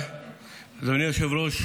אדוני היושב-ראש,